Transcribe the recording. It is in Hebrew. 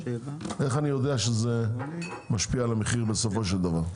איך אני יודע שזה משפיע על המחיר בסופו של דבר.